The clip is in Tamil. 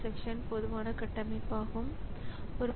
இதேபோல் மானிட்டர்களும் யூ